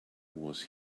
was